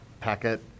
packet